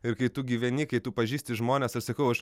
ir kai tu gyveni kai tu pažįsti žmones aš sakau aš